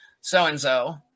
so-and-so